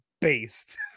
based